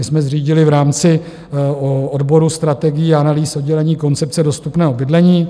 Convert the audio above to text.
My jsme zřídili v rámci odboru strategií a analýz oddělení koncepce dostupného bydlení.